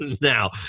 now